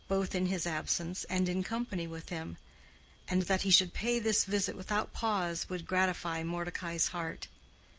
both in his absence and in company with him and that he should pay this visit without pause would gratify mordecai's heart.